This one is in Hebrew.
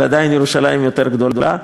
אבל עדיין ירושלים יותר גדולה.